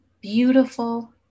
beautiful